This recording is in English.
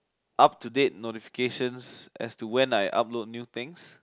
up to date notifications as to when I upload new things